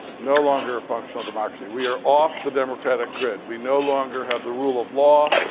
no longer a functional democracy. we are off the democratic grid. we no longer have the rule of law.